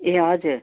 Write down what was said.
ए हजुर